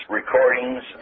recordings